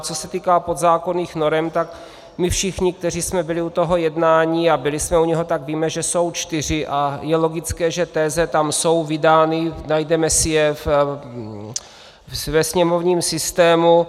Co se týká podzákonných norem, tak my všichni, kteří jsme byli u toho jednání a byli jsme u něho , víme, že jsou čtyři a je logické, že teze tam jsou vydány, najdeme si je ve sněmovním systému.